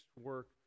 work